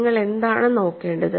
നിങ്ങൾ എന്താണ് നോക്കേണ്ടത്